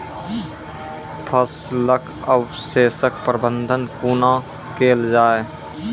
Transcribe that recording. फसलक अवशेषक प्रबंधन कूना केल जाये?